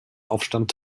aufstand